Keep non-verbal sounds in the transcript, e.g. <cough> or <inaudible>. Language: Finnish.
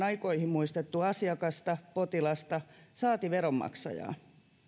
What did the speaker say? <unintelligible> aikoihin muistettu asiakasta potilasta saati veronmaksajaa